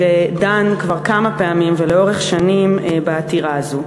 שדן כבר כמה פעמים ולאורך שנים בעתירה הזו.